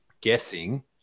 guessing